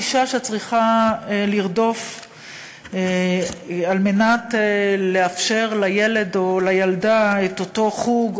אישה שצריכה לרדוף כדי לאפשר לילד או לילדה את אותו חוג,